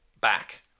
back